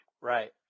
Right